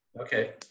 Okay